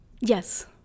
Yes